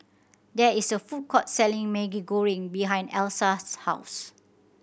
there is a food court selling Maggi Goreng behind Elsa's house